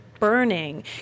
Burning